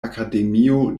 akademio